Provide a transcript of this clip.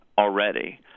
already